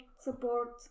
support